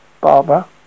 Barbara